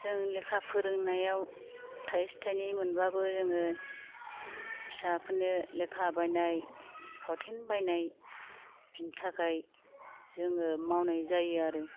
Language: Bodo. जों लेखा फोरोंनायाव थाइसे थाइनै मोनबाबो जोङो फिसाफोरनो लेखा बायनाय फावथेन बायनाय बिनि थाखाय जोङो मावनाय जायो आरो